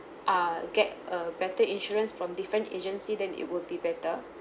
uh get a better insurance from different agency then it would be better